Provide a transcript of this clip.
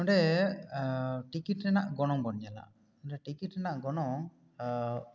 ᱚᱸᱰᱮ ᱴᱤᱠᱤᱴ ᱨᱮᱱᱟᱜ ᱜᱚᱱᱚᱝ ᱵᱚᱱ ᱧᱮᱞᱟ ᱚᱸᱰᱮ ᱴᱤᱠᱤᱴ ᱨᱮᱱᱟᱜ ᱜᱚᱱᱚᱝ